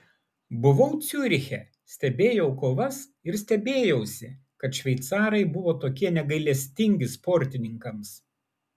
buvau ciuriche stebėjau kovas ir stebėjausi kad šveicarai buvo tokie negailestingi sportininkams